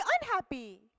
unhappy